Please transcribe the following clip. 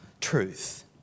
truth